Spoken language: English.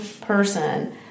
person